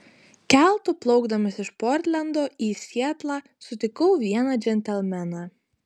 keltu plaukdamas iš portlendo į sietlą sutikau vieną džentelmeną